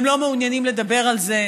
הם לא מעוניינים לדבר על זה.